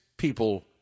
people